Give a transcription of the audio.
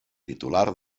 titular